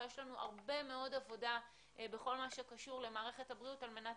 ויש לנו הרבה מאוד עבודה בכול מה שקשור במערכת הבריאות על-מנת